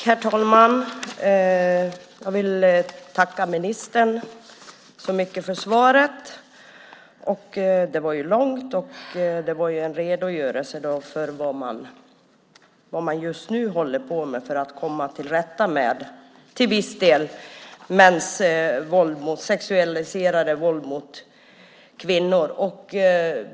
Herr talman! Jag vill tacka ministern så mycket för svaret. Det var långt och en redogörelse för vad man just nu håller på med för att till viss del komma till rätta med mäns sexualiserade våld mot kvinnor.